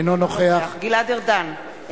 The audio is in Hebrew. אינו נוכח גלעד ארדן,